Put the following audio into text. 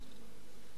כן, ה"פתרון"